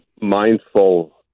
mindful